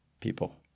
people